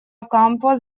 окампо